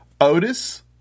Otis